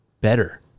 better